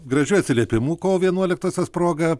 gražių atsiliepimų kovo vienuoliktosios proga